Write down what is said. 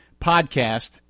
podcast